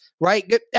right